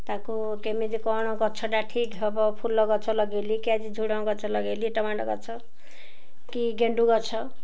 ତାକୁ କେମିତି କ'ଣ ଗଛଟା ଠିକ୍ ହବ ଫୁଲ ଗଛ ଲଗାଇଲି କି ଆଜି ଝୁଡ଼ଙ୍ଗ ଗଛ ଲଗାଇଲି ଟମାଟୋ ଗଛ କି ଗେଣ୍ଡୁ ଗଛ